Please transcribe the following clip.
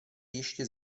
ještě